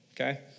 okay